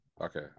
Okay